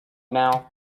now